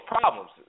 problems